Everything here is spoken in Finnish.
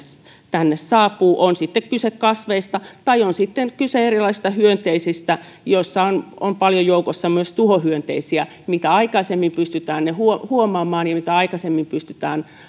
tänne saapuu on sitten kyse kasveista tai on sitten kyse erilaisista hyönteisistä joissa on on paljon joukossa myös tuhohyönteisiä mitä aikaisemmin pystytään ne huomaamaan ja mitä aikaisemmin pystytään